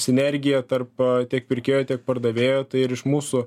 sinergija tarp tiek pirkėjo tiek pardavėjo tai ir iš mūsų